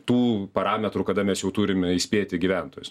tų parametrų kada mes jau turim įspėti gyventojus